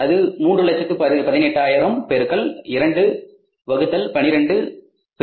318000 x 212 x